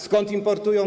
Skąd importują?